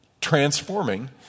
Transforming